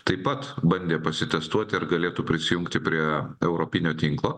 taip pat bandė pasitestuoti ar galėtų prisijungti prie europinio tinklo